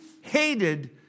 hated